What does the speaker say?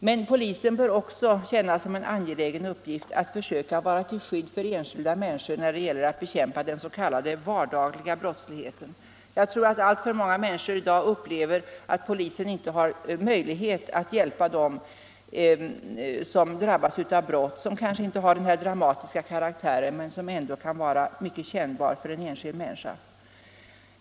Men polisen bör också känna det som en angelägen uppgift att försöka vara till skydd för enskilda människor när det gäller att bekämpa den s.k. vardagliga brottsligheten. Jag tror att alltför många människor i dag upplever att polisen inte har möjlighet att hjälpa dem som drabbas av brott vilka kanske inte har direkt dramatisk karaktär men ändå kan vara mycket kännbara för en enskild människa.